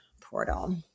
portal